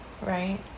Right